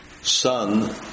son